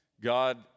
God